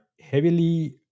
heavily